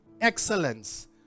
excellence